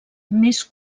més